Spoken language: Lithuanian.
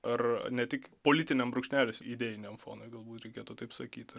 ar ne tik politiniam brūkšnelis idėjiniam fonui galbūt reikėtų taip sakyt